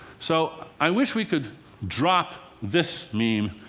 so, i wish we could drop this meme.